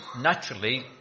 naturally